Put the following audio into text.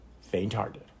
faint-hearted